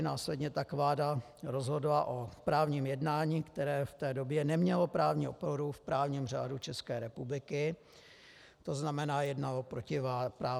Následně tak vláda rozhodla o právním jednání, které v té době nemělo právní oporu v právním řádu České republiky, to znamená, jednalo protiprávně.